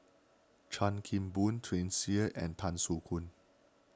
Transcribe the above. Chan Kim Boon Tsung Yeh and Tan Soo Khoon